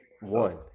one